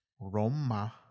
Roma